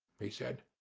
he said.